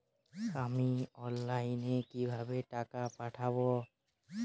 আমি অনলাইনে কিভাবে টাকা পাঠাব?